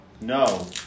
No